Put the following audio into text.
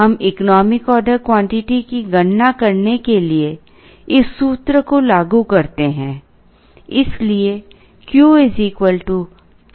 हम economic order quantity की गणना करने के लिए इस सूत्र को लागू करते हैं